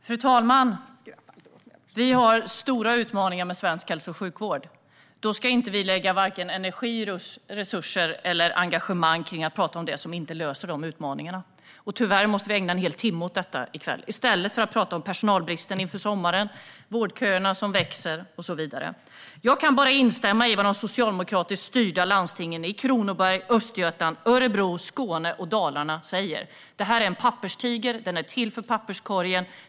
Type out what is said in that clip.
Fru talman! Vi har stora utmaningar i svensk hälso och sjukvård. Då ska vi inte lägga vare sig energi, resurser eller engagemang på att tala om det som inte löser dessa utmaningar. Tyvärr måste vi ägna en hel timme åt detta i kväll i stället för att tala om personalbristen inför sommaren, om vårdköerna som växer och så vidare. Jag kan bara instämma i vad de socialdemokratiskt styrda landstingen i Kronoberg, Östergötland, Örebro, Skåne och Dalarna säger: Det här är en papperstiger. Den är till för papperskorgen.